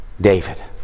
David